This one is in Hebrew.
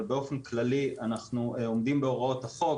אבל באופן כללי אנחנו עומדים בהוראות החוק.